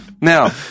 now